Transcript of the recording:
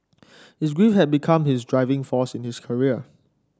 his grief had become his driving force in his career